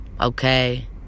okay